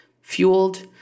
fueled